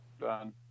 Done